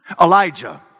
Elijah